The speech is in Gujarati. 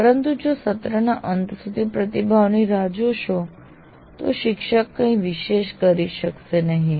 પરંતુ જો સત્રના અંત સુધી પ્રતિભાવની રાહ જોશો તો શિક્ષક કંઈ વિશેષ કરી શકશે નહિ